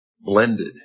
blended